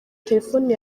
telefoni